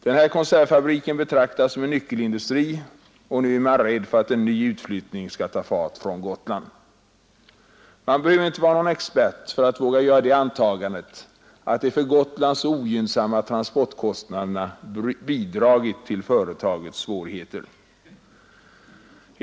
Den här konservfabriken betraktas som en nyckelindustri och nu är man rädd för att en ny utflyttning från Gotland skall ta fart. Man behöver inte vara expert för att våga göra det antagandet att de för Gotland mycket ogynnsamma transportkostnaderna har bidragit till företagets svårigheter.